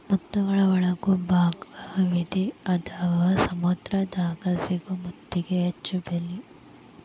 ಮುತ್ತುಗಳ ಒಳಗು ಭಾಳ ವಿಧಾ ಅದಾವ ಸಮುದ್ರ ದಾಗ ಸಿಗು ಮುತ್ತಿಗೆ ಹೆಚ್ಚ ಬೆಲಿ